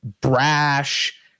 brash